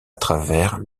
travers